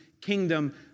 kingdom